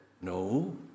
no